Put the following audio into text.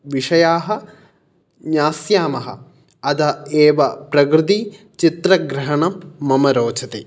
विषयाः ज्ञास्यामः अत एव प्रकृदिचित्रग्रहणं मम रोचते